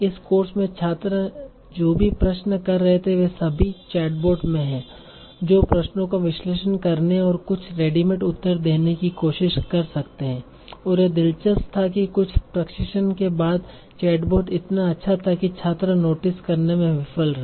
इस कोर्स में छात्र जो भी प्रश्न कर रहे थे वे सभी चैटबॉट में हैं जो प्रश्नों का विश्लेषण करने और कुछ रेडीमेड उत्तर देने की कोशिश कर सकते हैं और यह दिलचस्प था कि कुछ प्रशिक्षण के बाद चैटबोट इतना अच्छा था कि छात्र नोटिस करने में विफल रहे